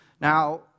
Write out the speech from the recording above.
Now